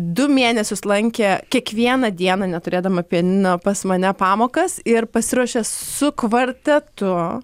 du mėnesius lankė kiekvieną dieną neturėdama pianino pas mane pamokas ir pasiruošė su kvartetu